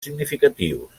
significatius